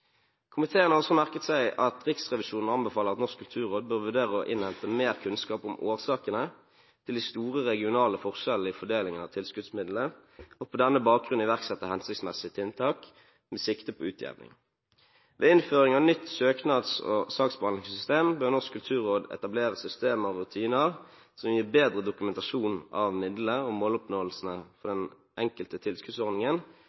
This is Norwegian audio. Komiteen har også merket seg at Riksrevisjonen anbefaler at Norsk kulturråd bør vurdere å innhente mer kunnskap om årsakene til de store regionale forskjellene i fordelingen av tilskuddsmidlene, og på denne bakgrunn iverksette hensiktsmessige tiltak med sikte på utjevning. Ved innføring av nytt søknads- og saksbehandlingssystem bør Norsk kulturråd etablere systemer og rutiner som gir bedre dokumentasjon av midlene og måloppnåelsen for